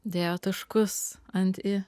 dėjo taškus ant i